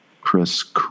Chris